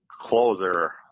closer